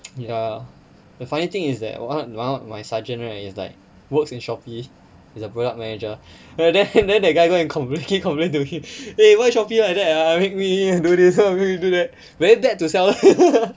ya the funny thing is that on~ one of my sergeant right it's like works in Shopee is a product manager err then then that guy go and conveniently complain to him eh why Shopee like that ah make me do this make me do that very bad to seller